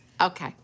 okay